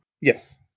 Yes